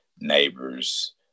neighbors